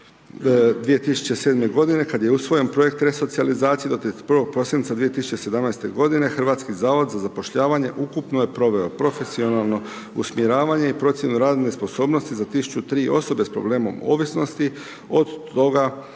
2007. g. kad je usvojen projekt resocijalizacije do 31. prosinca 2017. g., HZZZ ukupno je proveo profesionalno usmjeravanje i procjenu radne sposobnosti za 1003 osobe sa problemom ovisnosti, od toga